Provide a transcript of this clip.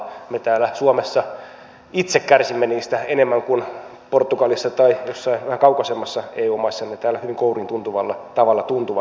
me täällä suomessa itse kärsimme niistä enemmän kuin portugalissa tai jossain vähän kaukaisemmassa eu maassa ne täällä hyvin kouriintuntuvalla tavalla tuntuvat